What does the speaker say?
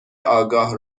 آگاه